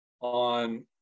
on